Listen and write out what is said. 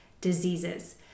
diseases